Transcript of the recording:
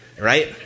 right